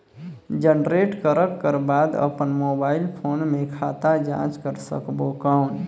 Generate करक कर बाद अपन मोबाइल फोन मे खाता जांच कर सकबो कौन?